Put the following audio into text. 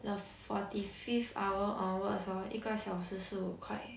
the forty fifth hour onwards hor 一个小时十五块